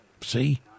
See